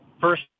first